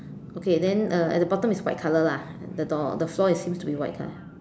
okay then uh at the bottom is white color lah the door the floor it seems to be white color